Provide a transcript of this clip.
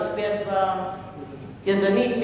נצביע ידנית.